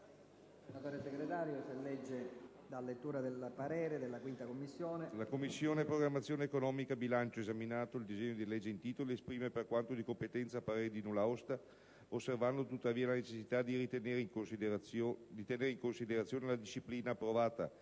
«La Commissione programmazione economica, bilancio, esaminato il disegno di legge in titolo esprime, per quanto di competenza, parere di nulla osta, osservando tuttavia la necessità di tenere in considerazione la disciplina, approvata